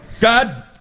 God